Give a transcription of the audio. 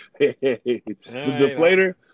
deflator